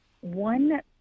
one